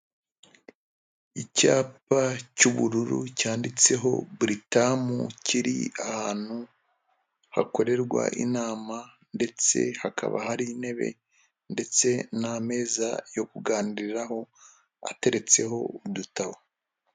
Icyapa cy'ubururu, cyanditseho buritamu, kiri ahantu hakorerwa inama, ndetse hakaba hari intebe ndetse n'ameza yo kuganiriraho, ateretseho udutabo.